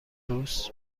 روز